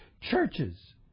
churches